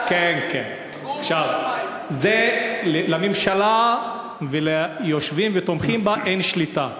על זה לממשלה וליושבים ותומכים בה אין שליטה.